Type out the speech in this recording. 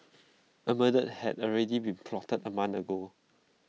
A murder had already been plotted A month ago